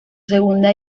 segunda